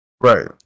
Right